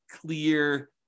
clear